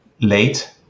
late